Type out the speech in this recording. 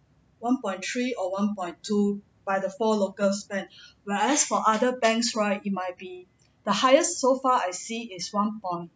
one point three or one point two by the four locals bank whereas for other banks right you might be the highest so far I see is one point